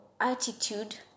attitude